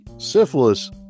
Syphilis